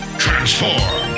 transform